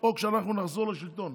או כשאנחנו נחזור לשלטון,